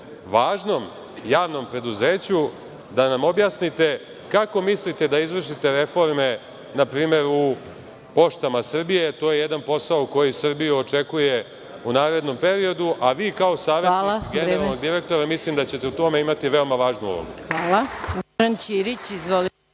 važnom javnom preduzeću, da nam objasnite, kako mislite da izvršite reforme, na primer u „Poštama Srbije“, a to je jedan posao koju Srbiju očekuje u narednom periodu, a vi kao savetnik generalnog direktora, mislim da ćete u tome imati veoma važnu ulogu.